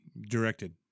directed